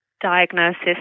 diagnosis